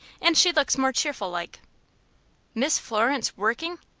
and she looks more cheerful-like. miss florence workin'!